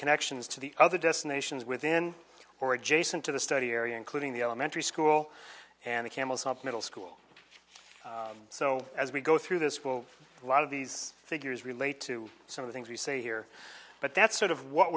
connections to the other destinations within or adjacent to the study area including the elementary school and the camels up middle school so as we go through this will a lot of these figures relate to some of the things we say here but that's sort of what